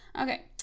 okay